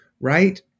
right